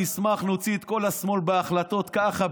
נשמח להוציא את כל השמאל בהחלטות ככה,